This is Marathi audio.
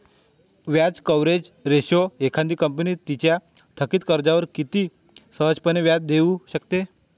व्याज कव्हरेज रेशो एखादी कंपनी तिच्या थकित कर्जावर किती सहजपणे व्याज देऊ शकते